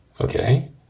Okay